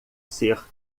ser